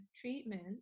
treatment